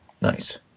Nice